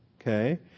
Okay